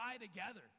together